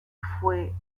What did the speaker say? fue